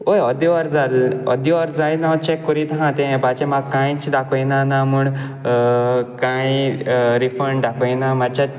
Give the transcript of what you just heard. हय अर्दें वर अर्दें वर जायन हांव चॅक कोरीत आसा तें ऍपाचेर म्हाका कांयच दाखयना ना म्हूण कांय रिफंड दाखयना मातशे